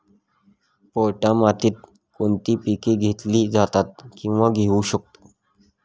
पोयटा मातीत कोणती पिके घेतली जातात, किंवा घेऊ शकतो?